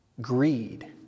Greed